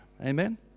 Amen